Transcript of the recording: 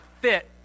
fit